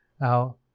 Now